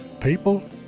People